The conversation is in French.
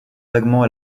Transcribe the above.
vaguement